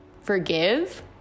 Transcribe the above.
forgive